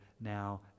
now